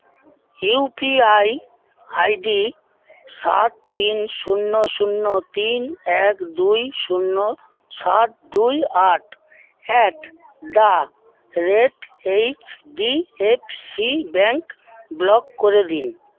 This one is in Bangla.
you P I I D সাত তিন শূন্য শূন্য তিন এক দুই শূন্য সাত দুই আট at the rate H D F C bank block করে দিন